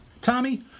Tommy